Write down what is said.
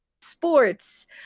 sports